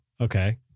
okay